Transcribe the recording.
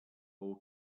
all